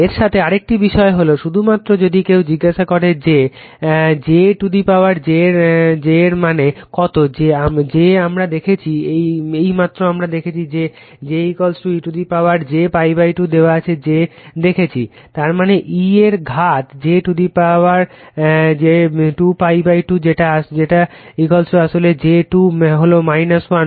এর সাথে আরেকটি বিষয় হল শুধুমাত্র যদি কেউ জিজ্ঞাসা করে যে যে টু দা পাওয়ার j এর মান কত j আমরা দেখেছি এইমাত্র আমরা দেখেছি যে j e to the power j π2 power j দেখেছি তার মানে e এর ঘাত j 2 π 2 যেটি আসলে j 2 হল 1